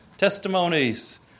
testimonies